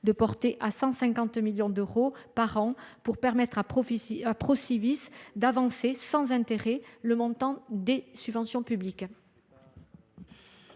considéré à 150 millions d’euros par an pour permettre au réseau Procivis d’avancer sans intérêt le montant des subventions publiques.